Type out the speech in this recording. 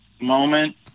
moment